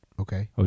Okay